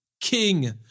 king